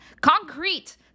concrete